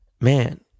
man